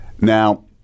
Now